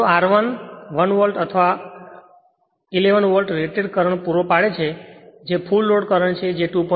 તેથી જો R11 volt 11 volt rated current પૂરો પાડે છે જે ફુલ લોડ કરંટ છે જે 2